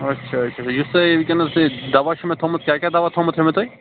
اچھا اچھا یُس تۅہہِ وُنکیٚنَس تُہۍ دَوا چھُ مےٚ تھوٚمُت کیٛاہ کیٛاہ دَوا تھوٚمُت تھوٚو مےٚ تۅہہِ